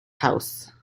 house